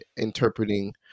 interpreting